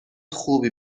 خوبی